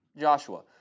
Joshua